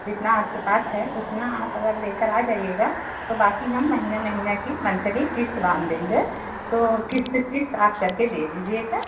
जितना आपके पास है उतना आप अगर लेकर आ जाइएगा बाकी हम महीना महीना के मंथली किश्त बाँध देंगे तो किश्त किश्त आप करके दे दीजिएगा